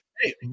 Hey